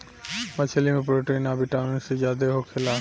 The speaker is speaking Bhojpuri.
मछली में प्रोटीन आ विटामिन सी ज्यादे होखेला